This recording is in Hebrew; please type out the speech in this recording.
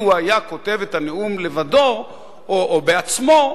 הוא היה כותב את הנאום לבדו או בעצמו,